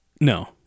No